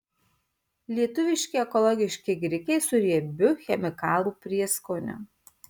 lietuviški ekologiški grikiai su riebiu chemikalų prieskoniu